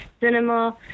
cinema